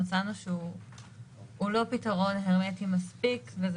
מצאנו שהוא לא פתרון הרמטי מספיק וזה